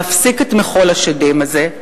להפסיק את מחול השדים הזה.